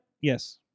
Yes